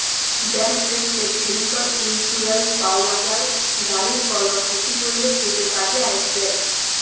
bank থ্যাকে vehicle insurance পাউয়া যায়, গাড়ির কল খ্যতি হ্যলে সেট কাজে আইসবেক